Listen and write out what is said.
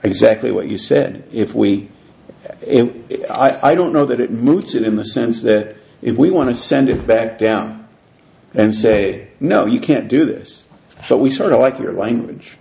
exactly what you said if we do it i don't know that it moots in the sense that if we want to send it back down and say no you can't do this but we sort of like the language